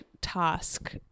task –